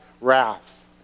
wrath